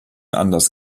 anders